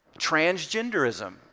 transgenderism